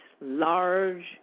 large